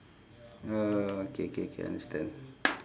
orh K K K I understand